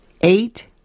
Eight